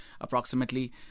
approximately